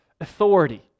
authority